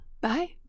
Bye